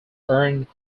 earned